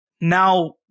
Now